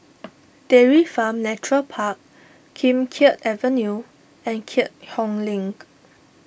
Dairy Farm Nature Park Kim Keat Avenue and Keat Hong Link